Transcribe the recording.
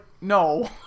no